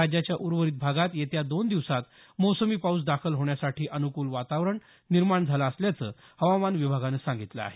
राज्याच्या उर्वरित भागात येत्या दोन दिवसात मोसमी पाऊस दाखल होण्यासाठी अनुकूल वातावरण निर्माण झालं असल्याचं हवामान विभागानं सांगितलं आहे